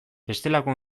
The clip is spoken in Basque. bestelako